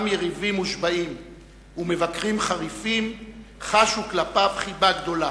גם יריבים מושבעים ומבקרים חריפים חשו כלפיו חיבה גדולה.